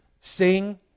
sing